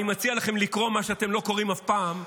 אני מציע לכם לקרוא מה שאתם לא קוראים אף פעם,